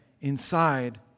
inside